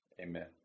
Amen